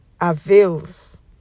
avails